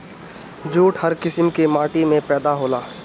jute हर किसिम के माटी में पैदा होला